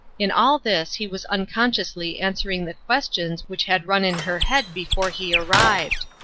in all this he was unconsciously answering the questions which had run in her head before he arrived.